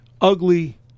Ugly